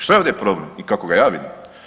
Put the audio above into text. Što je ovdje problem i kako ga ja vidim?